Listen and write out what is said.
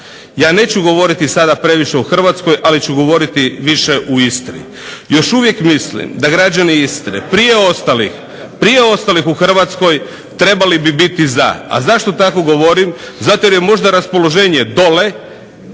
Ja neću govoriti sada previše o Hrvatskoj ali ću govoriti više u Istri. Još uvijek mislim da građani Istre prije ostalih u Hrvatskoj trebali bi biti za. A zašto tako govorim? Zato jer je možda raspoloženje dole